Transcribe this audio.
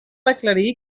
aclarir